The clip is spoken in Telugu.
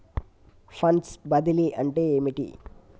ఫండ్స్ బదిలీ అంటే ఏమిటి?